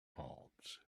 palms